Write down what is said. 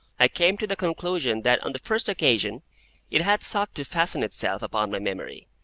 i came to the conclusion that on the first occasion it had sought to fasten itself upon my memory,